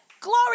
Glory